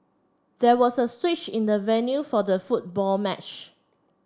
there was a switch in the venue for the football match